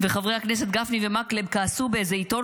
וחברי הכנסת גפני ומקלב כעסו באיזה עיתון